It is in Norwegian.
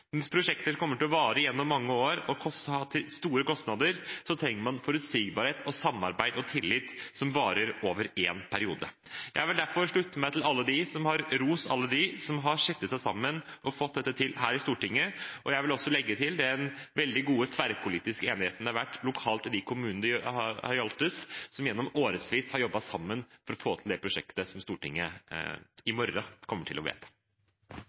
prosjekter som kommer til å vare gjennom mange år og ha store kostnader, så trenger man forutsigbarhet og samarbeid og tillit som varer over en periode. Jeg vil derfor slutte meg til dem som har rost alle dem som har sittet sammen og fått dette til her i Stortinget – og jeg vil også legge til den veldig gode tverrpolitiske enigheten det har vært lokalt i de kommunene dette gjelder, som i årevis har jobbet sammen for å få til det prosjektet som Stortinget i morgen kommer til å vedta.